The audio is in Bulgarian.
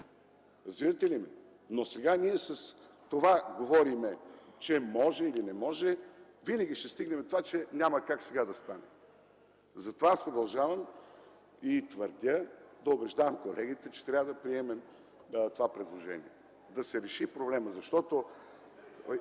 Разбирате ли ме? Но сега ние с това говорим, че, може или не може, винаги ще стигнем до това, че няма как сега да стане. Затова продължавам да убеждавам колегите, че трябва да приемем това предложение – да се реши проблемът.